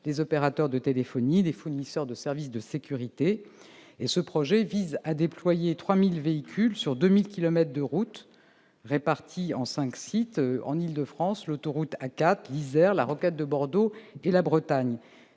opérateurs de téléphonie, fournisseurs de services de sécurité. Ce projet vise à déployer 3 000 véhicules sur 2 000 kilomètres de routes, répartis entre cinq sites- l'Île-de-France, l'autoroute A4, l'Isère, la rocade de Bordeaux et la Bretagne